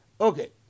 Okay